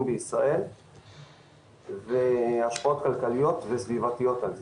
בישראל וההשפעות הכלכליות והסביבתיות על זה.